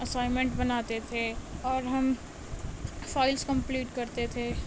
assignment بناتے تھے اور ہم فائلس کمپلیٹ کرتے تھے